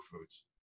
foods